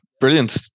brilliant